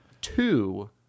two